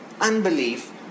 Unbelief